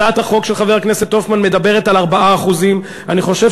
הצעת החוק של חבר הכנסת הופמן מדברת על 4%. אני חושב